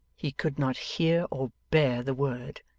he could not hear or bear the word.